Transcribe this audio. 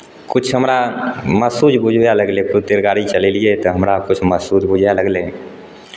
किछु हमरा महसूस बुझबय लगलै किछु देर गाड़ी चलेलियै तऽ हमरा महसूस बुझाए लगलै